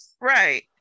Right